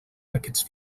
aquests